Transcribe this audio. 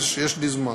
יש לי זמן.